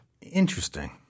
Interesting